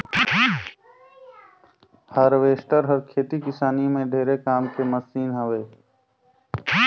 harvester हर खेती किसानी में ढेरे काम के मसीन हवे